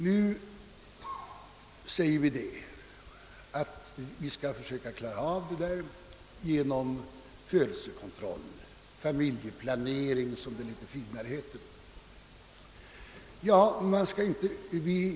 Nu säger vi, att vi skall försöka klara av detta problem genom födelsekontroll — eller familjeplanering som det litet försiktigare heter.